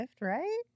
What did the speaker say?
right